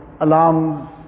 alarms